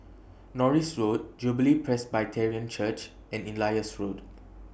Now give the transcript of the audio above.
Norris Road Jubilee Presbyterian Church and Elias Road